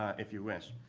if you wish.